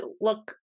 look